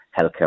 healthcare